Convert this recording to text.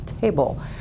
table